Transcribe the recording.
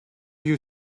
you